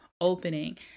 opening